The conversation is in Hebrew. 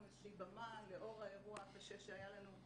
איזושהי במה לאור האירוע הקשה שהיה לנו,